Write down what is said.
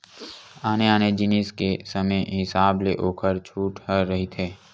आने आने जिनिस के समे हिसाब ले ओखर छूट ह रहिथे